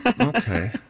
Okay